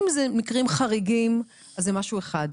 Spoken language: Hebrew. אם אלה מקרים חריגים, זה משהו אחד.